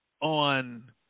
on